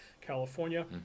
California